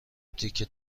تیکه